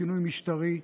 שינוי משטרי.